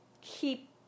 keep